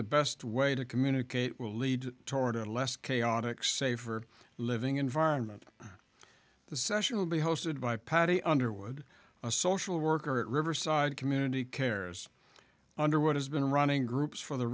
the best way to communicate will lead toward a less chaotic safer living environment the session will be hosted by patti underwood a social worker at riverside community cares underwood has been running groups for the